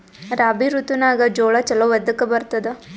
ರಾಬಿ ಋತುನಾಗ್ ಜೋಳ ಚಲೋ ಎದಕ ಬರತದ?